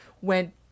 went